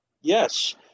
Yes